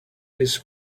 this